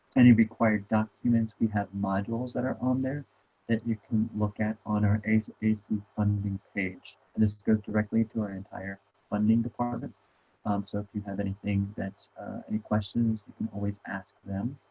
any required documents we have modules that are on there that you can look at on our aac funding page and this goes directly into our entire funding department um so if you have anything that's any questions, you can always ask them